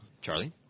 Charlie